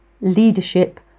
leadership